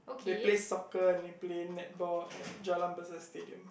they play soccer and they play netball at Jalan-Besar stadium